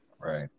Right